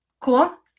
Cool